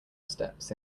steps